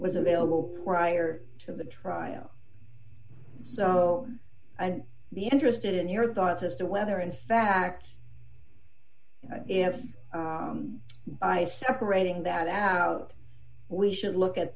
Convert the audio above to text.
was available prior to the trial so i'd be interested in your thoughts as to whether in fact if by separating that out we should look at